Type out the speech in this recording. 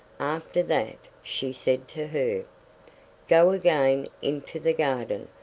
after that, she said to her go again into the garden,